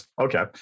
Okay